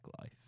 life